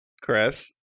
Chris